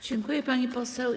Dziękuję, pani poseł.